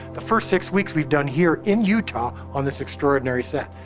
the first six weeks we've done here in utah, on this extraordinary set.